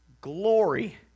glory